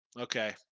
Okay